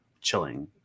chilling